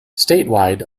statewide